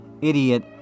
idiot